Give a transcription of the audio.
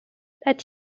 that